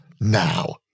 now